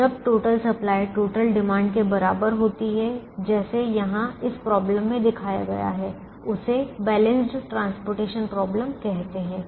तो जब total supply total demand के बराबर होती है जैसे यहां इस समस्यामें दिखाया गया है उसे संतुलित परिवहन समस्या कहते हैं